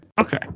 Okay